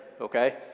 okay